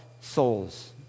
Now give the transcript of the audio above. souls